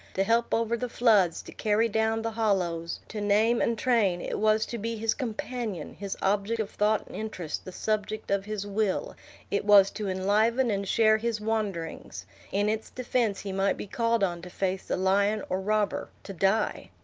to help over the floods, to carry down the hollows, to name and train it was to be his companion, his object of thought and interest, the subject of his will it was to enliven and share his wanderings in its defense he might be called on to face the lion or robber to die.